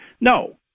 No